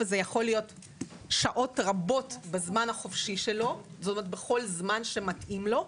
וזה יכול להיות שעות רבות בזמן החופשי שלו בכל זמן שמתאים לו,